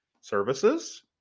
services